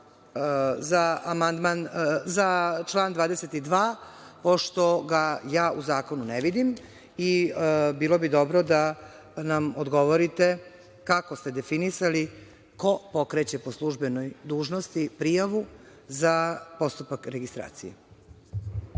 za član 22, pošto ga ja u zakonu ne vidim i bilo bi dobro da nam odgovorite kako ste definisali ko pokreće po službenoj dužnosti prijavu za postupak registracije.